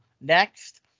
next